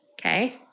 okay